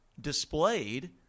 displayed